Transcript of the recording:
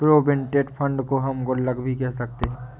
provident fund को हम गुल्लक भी कह सकते हैं